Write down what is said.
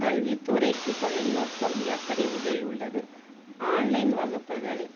கல்விதுறைக்கு தொழில்நுட்பம் எப்படி உதவியுள்ளது ஆன்லைன் வகுப்புகள்